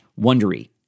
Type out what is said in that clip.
wondery